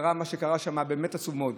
קרה מה שקרה שם, באמת עצוב מאוד.